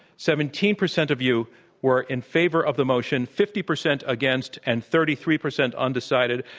seventeen percent of you were in favor of the motion, fifty percent against, and thirty three percent undecided.